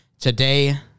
today